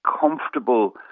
comfortable